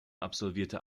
absolvierte